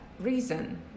reason